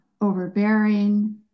overbearing